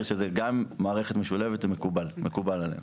שזה כולל גם מערכת משולבת תהיה מקובלת עלינו.